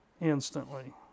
instantly